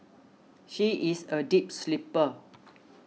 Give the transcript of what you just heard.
she is a deep sleeper